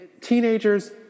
teenagers